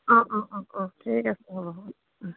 অঁ অঁ অঁ অঁ ঠিক আছে অঁ অঁ